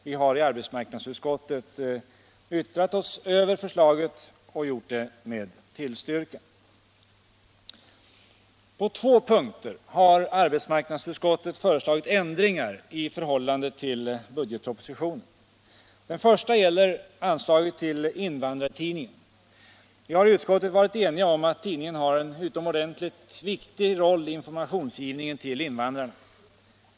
Vi har i arbetsmarknadsutskottet yttrat oss över förslaget och gjort det med tillstyrkan. På två punkter har arbetsmarknadsutskottet föreslagit ändringar i förhållande till budgetpropositionen. Det första gäller anslaget till Invandrartidningen. Vi har i utskottet varit eniga om att tidningen har en utomordentligt viktig roll i informationsgivningen till invandrarna.